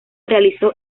realizó